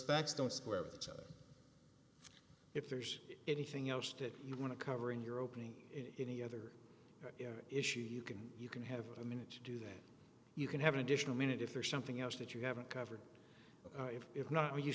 facts don't square with each other if there's anything else that you want to cover in your opening in any other issue you can you can have a minute to do then you can have an additional minute if there is something else that you haven't covered and if not you